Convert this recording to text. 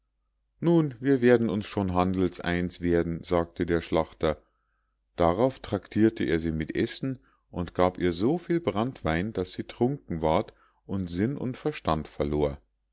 nun wir werden schon handels eins werden sagte der schlachter darauf tractirte er sie mit essen und gab ihr so viel branntwein daß sie trunken ward und sinn und verstand verlor